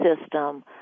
system